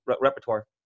repertoire